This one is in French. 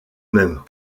mêmes